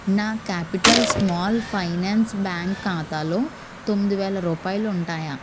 నా capital small finance bank ఖాతాలో తొమ్మిది వేల రూపాయాలుంటాయా